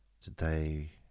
today